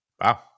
Wow